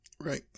Right